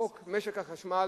חוק משק החשמל,